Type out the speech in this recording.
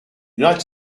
united